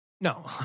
No